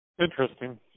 interesting